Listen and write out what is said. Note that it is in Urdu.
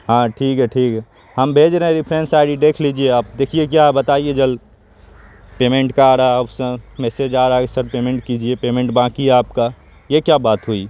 ہاں ٹھیک ہے ٹھیک ہے ہم بھیج رہے ہیں ریفرنس آئی ڈی دیکھ لیجیے آپ دیکھیے کیا بتائیے جلد پیمنٹ کا آ رہا آپشن میسج آ رہا ہے سر پیمنٹ کیجیے پیمنٹ باقی ہے آپ کا یہ کیا بات ہوئی